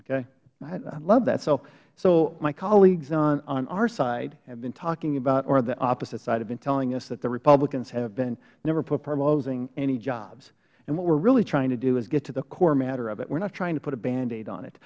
okay i love that so my colleagues on our side have been talking about or the opposite side have been telling us that the republicans have been never proposing any jobs and what we are really trying to do is get to the core matter of it we are not trying to put a band aid on it